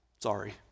Sorry